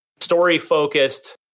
story-focused